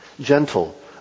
gentle